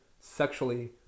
sexually